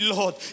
Lord